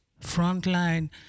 Frontline